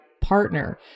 partner